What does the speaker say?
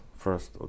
First